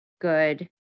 good